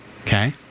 Okay